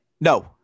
No